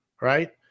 right